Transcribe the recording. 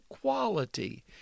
quality